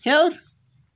ہیوٚر